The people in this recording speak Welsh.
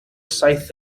saith